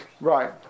right